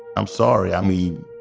i'm sorry. i mean,